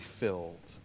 filled